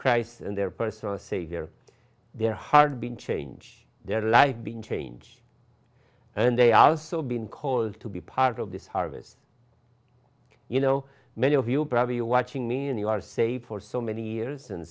christ and their personal savior their heart been change their lives been changed and they also been called to be part of this harvest you know many of you probably watching me and you are saved for so many years and